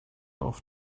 auf